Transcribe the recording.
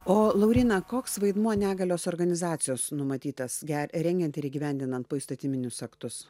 o lauryna koks vaidmuo negalios organizacijos numatytas ge rengiant ir įgyvendinant poįstatyminius aktus